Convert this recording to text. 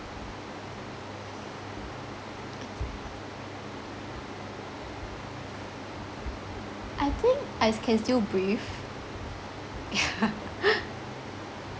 I think I s~ can still breathe yeah